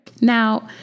Now